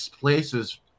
places